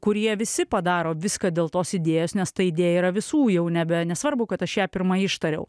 kurie visi padaro viską dėl tos idėjos nes ta idėja yra visų jau nebe nesvarbu kad aš ją pirma ištariau